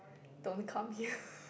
don't come here